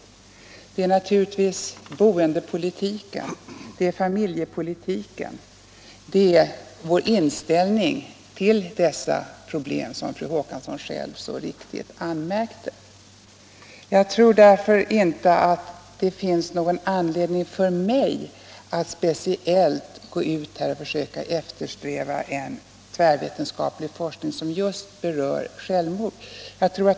Och det gäller naturligtvis boendepolitiken och familjepolitiken, vår inställning till dessa problem, som fru Håkansson själv så riktigt anmärkte. Jag tror därför inte att det finns någon anledning för mig att medverka till att vi får en tvärvetenskaplig forskning som speciellt berör självmord.